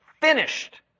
finished